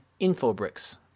Infobricks